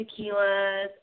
tequilas